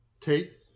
Tate